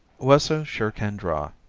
wesso sure can draw.